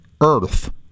Earth